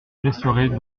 laisserai